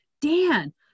Dan